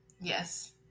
Yes